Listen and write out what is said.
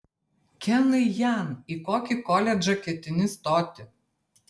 kenai jan į kokį koledžą ketini stoti